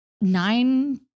nine